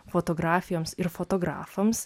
fotografijoms ir fotografams